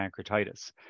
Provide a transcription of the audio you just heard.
pancreatitis